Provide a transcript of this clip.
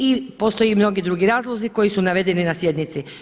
I postoje mnogi drugi razlozi koji su navedeni na sjednici.